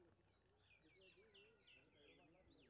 मौजूद बीमा कोन छे केना पता चलते?